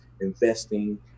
investing